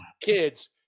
kids